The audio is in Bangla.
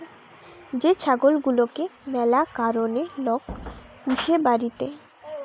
যে ছাগল গুলাকে ম্যালা কারণে লোক পুষে বাড়িতে